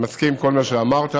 אני מסכים לכל מה שאמרת.